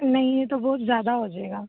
ਨਹੀਂ ਇਹ ਤਾਂ ਬਹੁਤ ਜ਼ਿਆਦਾ ਹੋਜੇਗਾ